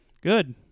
Good